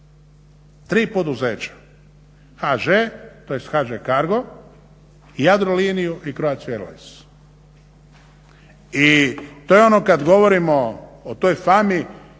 Tri poduzeća, HŽ tj. HŽ Cargo, Jadroliniju i Croatiu airlines i to je ono kada govorimo o toj fami